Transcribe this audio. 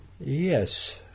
Yes